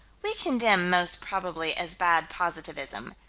we condemn most probably as bad positivism.